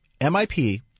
MIP